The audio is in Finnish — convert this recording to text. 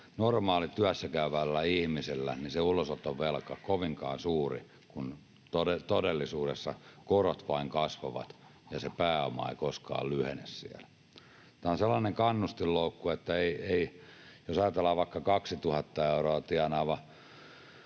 normaalilla työssäkäyvällä ihmisellä sen ulosottovelan kovinkaan suuri, kun todellisuudessa korot vain kasvavat ja se pääoma ei koskaan lyhene siellä. Tämä on sellainen kannustinloukku, että jos ajatellaan vaikka 2 000 euroa tienaavaa